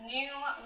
New